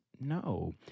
No